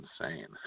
insane